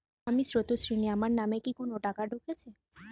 আমি স্রোতস্বিনী, আমার নামে কি কোনো টাকা ঢুকেছে?